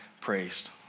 praised